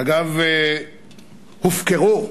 ואגב, הופקרו.